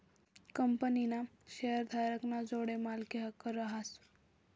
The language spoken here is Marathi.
कंपनीना शेअरधारक ना जोडे मालकी हक्क रहास